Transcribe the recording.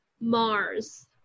Mars